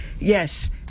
yes